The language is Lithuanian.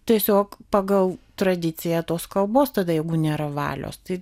tiesiog pagal tradiciją tos kalbos tada jeigu nėra valios tai